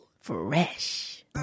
Fresh